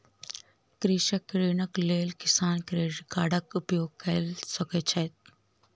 कृषक ऋणक लेल किसान क्रेडिट कार्डक उपयोग कय सकैत छैथ